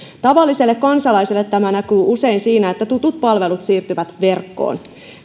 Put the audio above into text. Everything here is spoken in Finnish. tavalliselle kansalaiselle tämä näkyy usein siinä että tutut palvelut siirtyvät verkkoon